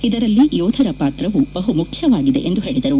ಇದರಲ್ಲಿ ಯೋಧರ ಪಾತ್ರವೂ ಬಹುಮುಖ್ಯವಾಗಿದೆ ಎಂದು ಹೇಳಿದರು